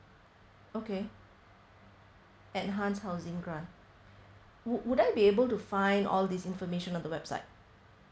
okay enhanced housing grant would would I be able to find all this information on the website